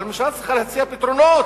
אבל ממשלה צריכה להציע פתרונות,